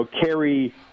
carry –